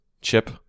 chip